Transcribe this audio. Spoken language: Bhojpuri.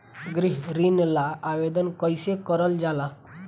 गृह ऋण ला आवेदन कईसे करल जाला?